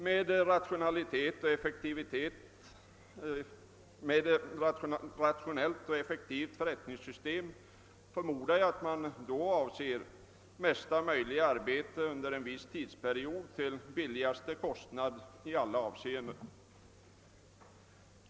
Med ett rationellt och effektivt förrättningssystem förmodar jag, att man avser mesta möjliga arbete under en viss tidsperiod till lägsta möjliga kostnad i alla avseenden.